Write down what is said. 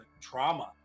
trauma